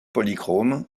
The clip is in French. polychrome